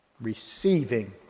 receiving